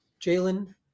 Jalen